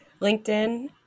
LinkedIn